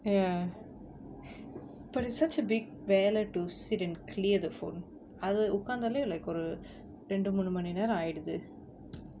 ya but it's such a big வேல:vela to sit and clear the phone அது உக்காந்தாலே:athu ukkaanthaalae like ரெண்டு மூணு மணி நேரம் ஆயிருது:rendu moonu mani neram aayiruthu